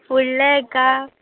फुडल्या हेका